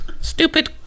Stupid